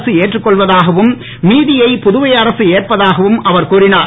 அரசு ஏற்றுக்கொள்வதாகவும் மீதியை புதுவை அரசு ஏற்பதாகவும் அவர் கூறினார்